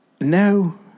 No